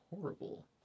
horrible